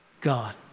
God